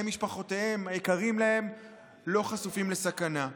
משפחותיהם היקרים להם לא חשופים לסכנה.